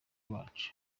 wacu